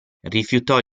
rifiutò